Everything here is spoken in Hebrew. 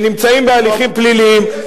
שנמצאים בהליכים פליליים.